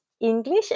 English